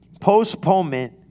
postponement